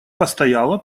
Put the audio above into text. постояла